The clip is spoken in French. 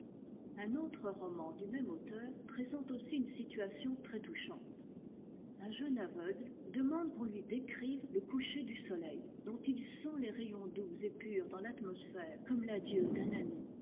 un autre roman du même auteur présente aussi une situation très touchante un jeune aveugle demande qu'on lui décrive le coucher du so eii dont il sent les rayons doux et purs dans l'atmosphère comme l'adieu d'un ami